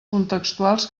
contextuals